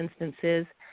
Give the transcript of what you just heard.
instances